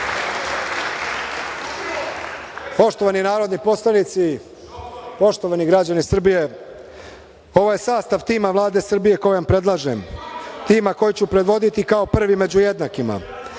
portfelja. Poštovani narodni poslanici, poštovani građani Srbije, ovo je sastav tima Vlade Srbije koji vam predlažem, tima koji ću predvoditi kao prvi među jednakima. Kao